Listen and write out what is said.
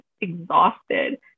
exhausted